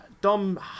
Dom